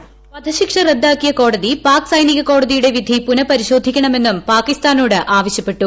voice വധശിക്ഷ റദ്ദാക്കിയ കോടതി പാക് സൈനിക കോടതിയുടെ വിധി പുനഃ പരിശോധിക്കണമെന്നും പാകിസ്ഥാനോട് ആവശൃപ്പെട്ടു